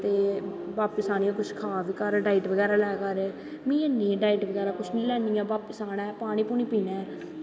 ते बापस आह्नियै कुश खा बी कर डाईट बगैरा लै कर में नी डाईट बगैरा कुश नी लैन्नी पर सवेरे पानी पूनी पीना ऐ